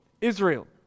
Israel